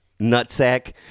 nutsack